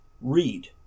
Read